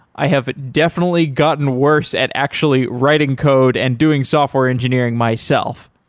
i have definitely gotten worse at actually writing code and doing software engineering myself.